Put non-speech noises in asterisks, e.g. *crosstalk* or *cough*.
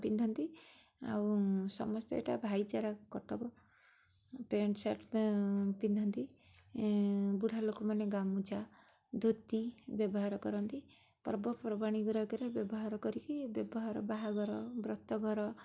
ପିନ୍ଧନ୍ତି ଆଉ ସମସ୍ତେ ଏଇଟା ଭାଇଚାରା *unintelligible* ପ୍ୟାଣ୍ଟ ସାର୍ଟଟା ପିନ୍ଧନ୍ତି ବୁଢ଼ାଲୋକ ମାନେ ଗାମୁଛା ଧୋତି ବ୍ୟବହାର କରନ୍ତି ପର୍ବପର୍ବାଣି ଗୁଡ଼ାକରେ ବ୍ୟବହାର କରିକି ବ୍ୟବହାର ବାହାଘର ବ୍ରତଘର